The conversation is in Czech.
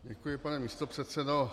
Děkuji, pane místopředsedo.